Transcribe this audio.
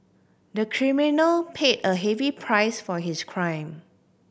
the criminal paid a heavy price for his crime